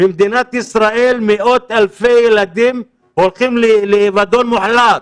במדינת ישראל מאות אלפי ילדים הולכים לאבדון מוחלט,